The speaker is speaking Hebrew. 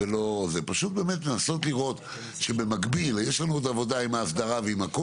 פשוט באמת לנסות לראות שבמקביל יש לנו עוד עבודה עם האסדרה והכול